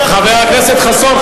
חבר הכנסת חסון,